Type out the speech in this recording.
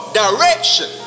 direction